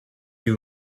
you